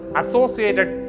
associated